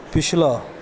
ਪਿਛਲਾ